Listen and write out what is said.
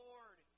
Lord